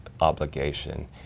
obligation